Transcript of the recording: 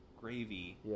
Gravy